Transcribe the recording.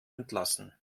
entlassen